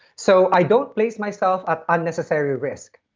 so i don't place myself at unnecessary risk.